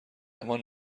همان